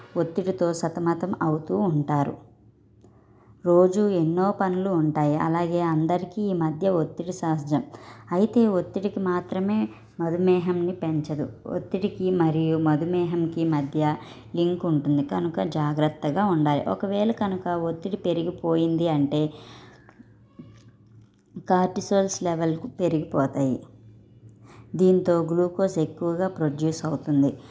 ఒత్తిడితో సతమతం అవుతూ ఉంటారు రోజూ ఎన్నో పనులు ఉంటాయి అలాగే అందరికీ ఈ మధ్య ఒత్తిడి సహజం అయితే ఒత్తిడికి మాత్రమే మధుమేహంని పెంచదు ఒత్తిడికి మరియు మధుమేహంకి మధ్య లింక్ ఉంటుంది కనుక జాగ్రత్తగా ఉండాలి ఒకవేళ కనుక ఒత్తిడి పెరిగిపోయింది అంటే కార్టిసోల్స్ లెవెల్కు పెరిగిపోతాయి దీంతో గ్లూకోస్ ఎక్కువగా ప్రొడ్యూస్ అవుతుంది